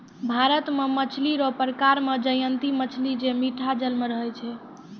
भारत मे मछली रो प्रकार मे जयंती मछली जे मीठा जल मे रहै छै